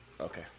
Okay